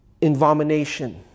invomination